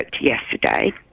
yesterday